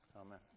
Amen